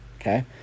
Okay